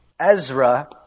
Ezra